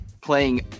playing